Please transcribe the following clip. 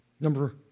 Number